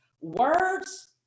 Words